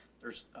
there's a,